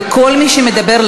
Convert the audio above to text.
וכל מי שמדבר,